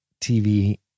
TV